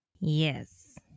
Yes